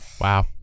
wow